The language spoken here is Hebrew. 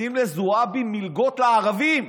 נותנים לזועבי מלגות לערבים.